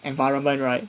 environment right